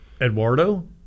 Eduardo